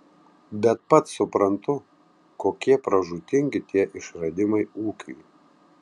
bet pats suprantu kokie pražūtingi tie išradimai ūkiui